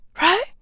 Right